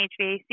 HVAC